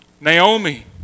Naomi